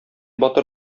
батыр